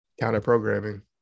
Counter-programming